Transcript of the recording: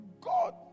God